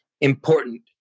important